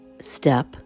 step